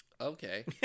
Okay